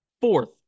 fourth